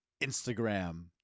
Instagram